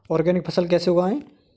Organic फसल को कैसे उगाएँ?